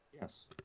Yes